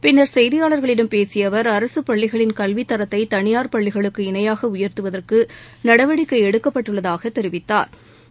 பின்னர் செய்தியாளர்களிடம் பேசிய அவர் அரசு பள்ளிகளின் கல்வித்தரத்தை தனியாா் பள்ளிகளுக்கு இணையாக உயா்த்துவதற்கு நடவடிக்கை எடுக்கப்பட்டுள்ளதாக தெரிவித்தாா்